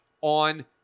on